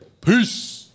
Peace